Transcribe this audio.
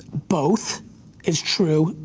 both is true,